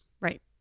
Right